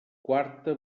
quarta